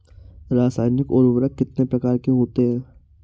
रासायनिक उर्वरक कितने प्रकार के होते हैं?